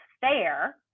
fair